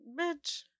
bitch